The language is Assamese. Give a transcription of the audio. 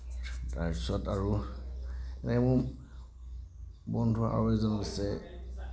তাৰপিছত আৰু এনেকৈ মোৰ বন্ধু আৰু এজন আছে